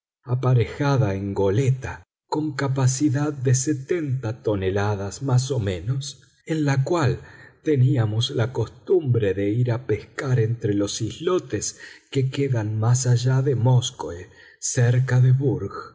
aparejada en goleta con capacidad de setenta toneladas más o menos en la cual teníamos la costumbre de ir a pescar entre los islotes que quedan más allá de móskoe cerca de